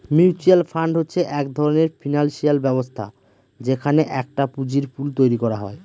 mutual fund হচ্ছে এক ধরনের ফিনান্সিয়াল ব্যবস্থা যেখানে একটা পুঁজির পুল তৈরী করা হয়